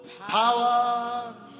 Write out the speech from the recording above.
power